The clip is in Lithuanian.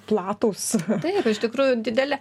platūs taip iš tikrųjų dideli